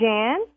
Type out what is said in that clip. Jan